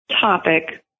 topic